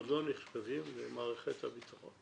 עוד לא נכתבים במערכת הביטחון